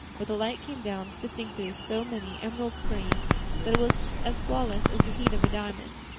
where the light came down sifted through so many emerald screens that it was as flawless as the heart of a diamond.